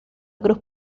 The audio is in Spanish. cruz